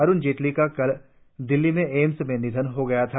अरुण जेटली का कल दिल्ली के एम्स में निधन हो गया था